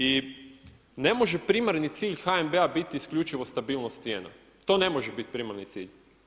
I ne može primarni cilj HNB-a biti isključivo stabilnost cijena, to ne može biti primarni cilj.